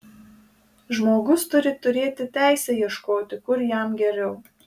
žmogus turi turėti teisę ieškoti kur jam geriau